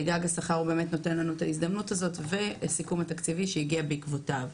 גג השכר באמת נותן לנו את ההזדמנות הזו והסיכום התקציבי שהגיע בעקבותיו.